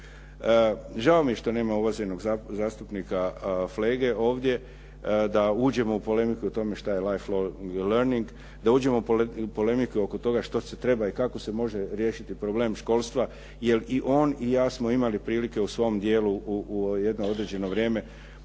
Žao mi je što nema uvaženog zastupnika Flege ovdje da uđemo u polemiku o tome što je life learning, da uđemo u polemiku oko toga što se treba i kako se može riješiti problem školstva jer i on i ja smo imali prilike u svom dijelu u jedno određeno vrijeme